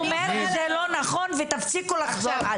זה לא נכון ותפסיקו לחשוב על זה.